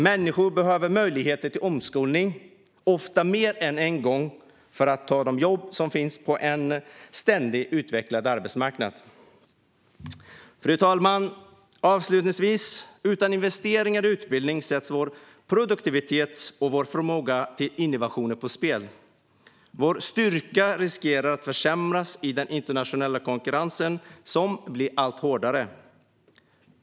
Människor behöver möjligheter till omskolning - ofta mer än en gång - för att ta de jobb som finns på en arbetsmarknad i ständig utveckling. Avslutningsvis, fru talman: Utan investeringar i utbildning sätts vår produktivitet och vår förmåga till innovationer på spel. Vår styrka riskerar att försämras i den internationella konkurrens som blir allt hårdare.